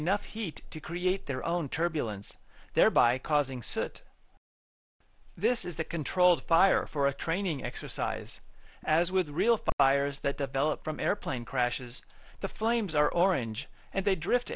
enough heat to create their own turbulence thereby causing so that this is a controlled fire for a training exercise as with the real fires that develop from airplane crashes the flames are orange and they drifte